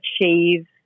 achieve